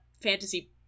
fantasy